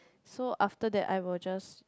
so after that I will just